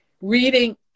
reading